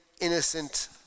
innocent